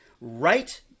right